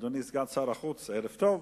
אדוני סגן שר החוץ, ערב טוב.